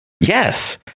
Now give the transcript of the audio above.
Yes